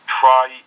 try